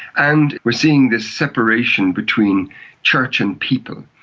and we're seeing this separation between church and people.